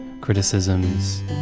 criticisms